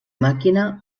màquina